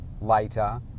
later